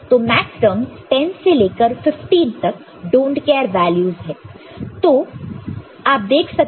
तो मैक्सटर्मस 10 से लेकर 15 तक डोंट केयर वैल्यूस है